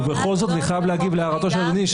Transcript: ובכל זאת אני חייב להגיב להערתו של אדוני,